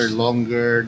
longer